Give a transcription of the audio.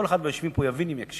כל אחד מהיושבים פה יבין אם יקשיב.